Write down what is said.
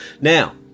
Now